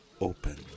open